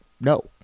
no